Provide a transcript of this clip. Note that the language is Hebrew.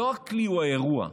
לא הכלי הוא האירוע.